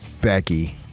Becky